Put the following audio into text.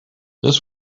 this